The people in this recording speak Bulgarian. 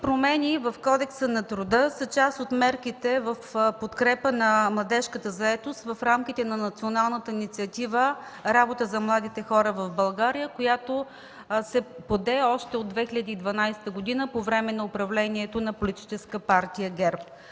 промени в Кодекса на труда са част от мерките в подкрепа на младежката заетост в рамките на Национална инициатива „Работа за младите хора в България”, която се поде още от 2012 г. – по време на управлението на Политическа партия ГЕРБ.